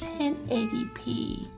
1080p